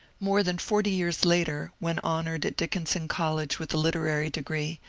more than forty years later, when honoured at dickinson college with a literary degree,